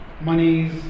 Monies